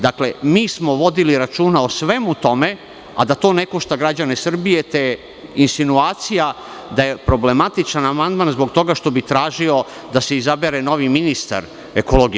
Dakle, mi smo vodili računa o svemu tome, a da to ne košta građane Srbije, te insinuacija da je problematičan amandman zbog toga što bi tražio da se izabere novi ministar ekologije.